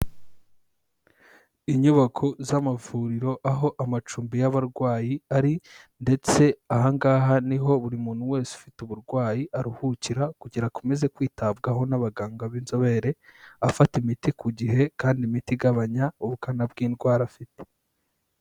Inyubako z'amavuriro, aho amacumbi y'abarwayi ari ndetse aha ngaha niho buri muntu wese ufite uburwayi aruhukira kugira ngo akomeze kwitabwaho n'abaganga b'inzobere afata imiti ku gihe kandi imiti igabanya ubukana bw'indwara afite.